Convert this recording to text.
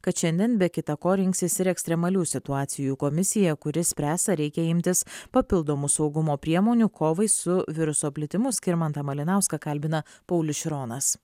kad šiandien be kita ko rinksis ir ekstremalių situacijų komisija kuri spręs ar reikia imtis papildomų saugumo priemonių kovai su viruso plitimu skirmantą malinauską kalbina paulius šironas